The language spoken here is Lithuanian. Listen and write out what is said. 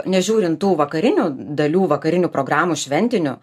nežiūrint tų vakarinių dalių vakarinių programų šventinių